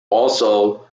also